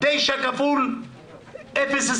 9 כפול 0.25%,